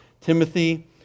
Timothy